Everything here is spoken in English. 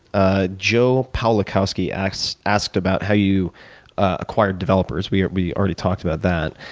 ah joe palokowski asked asked about how you acquire developers. we we already talked about that.